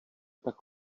tak